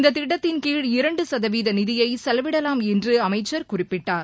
இந்தத் திட்டத்தின்கீழ் இரண்டு சதவீத நிதியை செலவிடவாம் என்று அமைச்சர் குறிப்பிட்டார்